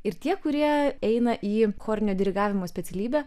ir tie kurie eina į chorinio dirigavimo specialybę